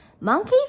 Monkey